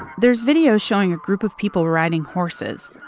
there's videos showing a group of people riding horses,